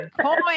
coin